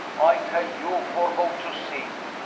ay tal you, for go to sea.